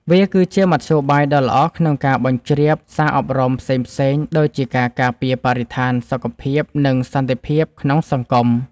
វាគឺជាមធ្យោបាយដ៏ល្អក្នុងការបញ្ជ្រាបសារអប់រំផ្សេងៗ ដូចជាការការពារបរិស្ថាន សុខភាព និងសន្តិភាពក្នុងសង្គម។